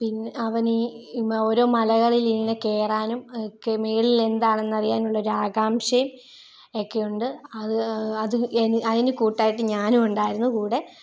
പിന്നെ അവൻ ഈ ഓരോ മലകളിൽ ഇങ്ങനെ കയറാനും ഒക്കെ മേളിൽ എന്താണെന്ന് അറിയാനുള്ള ഒരു ആകാക്ഷയും ഒക്കെയുണ്ട് അതിൽ അത് അതിനു കൂട്ടായിട്ട് ഞാനും ഉണ്ടായിരുന്നു കൂടെ